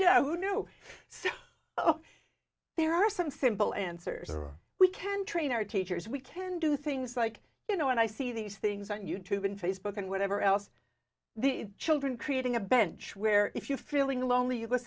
few who knew so well there are some simple answers or we can train our teachers we can do things like you know when i see these things on you tube and facebook and whatever else the children creating a bench where if you feeling lonely